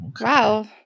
wow